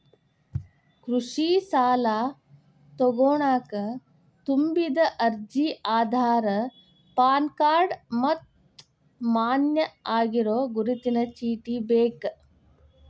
ಕೃಷಿ ಸಾಲಾ ತೊಗೋಣಕ ತುಂಬಿದ ಅರ್ಜಿ ಆಧಾರ್ ಪಾನ್ ಕಾರ್ಡ್ ಮತ್ತ ಮಾನ್ಯ ಆಗಿರೋ ಗುರುತಿನ ಚೇಟಿ ಬೇಕ